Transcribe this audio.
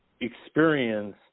experience